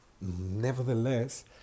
nevertheless